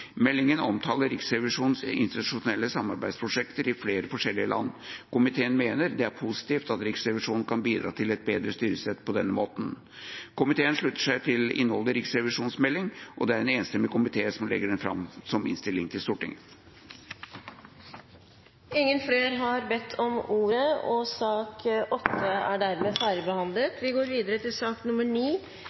Meldinga omtaler Riksrevisjonens institusjonelle samarbeidsprosjekter i flere forskjellige land. Komiteen mener det er positivt at Riksrevisjonen kan bidra til et bedret styresett på denne måten. Komiteen slutter seg til innholdet i Riksrevisjonens melding, og det er en enstemmig komité som legger den fram som innstilling til Stortinget. Flere har ikke bedt om ordet til sak